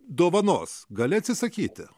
dovanos gali atsisakyti